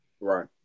Right